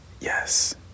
Yes